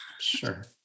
Sure